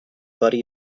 buddy